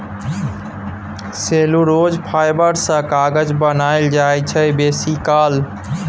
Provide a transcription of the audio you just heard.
cellulose fibre सँ कागत बनाएल जाइ छै बेसीकाल